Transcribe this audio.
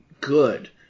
good